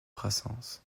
brassens